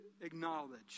acknowledge